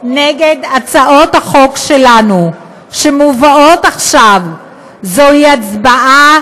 נגד הצעות החוק שלנו שמובאות עכשיו היא הצבעה